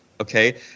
okay